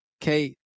Kate